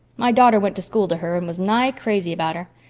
my darter went to school to her and was nigh crazy about her.